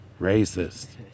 racist